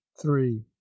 three